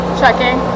checking